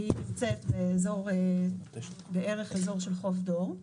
שהיא נמצאת בערך באזור של חוף דור,